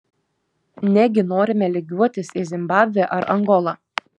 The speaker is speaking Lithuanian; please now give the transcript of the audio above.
negi norime lygiuotis į zimbabvę ar angolą